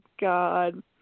God